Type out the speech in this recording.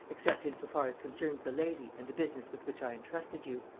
except in so far as concerns the lady and the business with which i entrusted you.